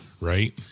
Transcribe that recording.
right